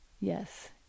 Yes